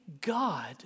God